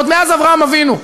עוד מאז אברהם אבינו,